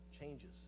changes